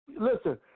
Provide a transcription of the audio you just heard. Listen